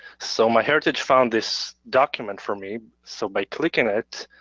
so myheritage found this document for me. so by clicking it